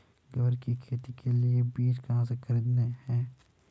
ग्वार की खेती के लिए बीज कहाँ से खरीदने हैं?